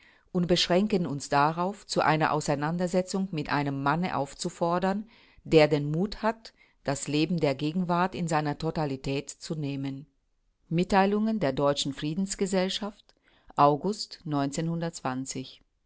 und beschränken uns darauf zu einer auseinandersetzung mit einem manne aufzufordern der den mut hat das leben der gegenwart in seiner totalität zu nehmen mitteilungen der deutschen friedensgesellschaft august